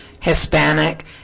Hispanic